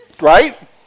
Right